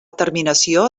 terminació